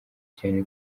cyane